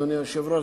אדוני היושב-ראש.